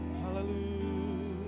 Hallelujah